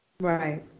Right